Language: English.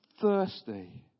thirsty